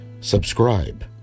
subscribe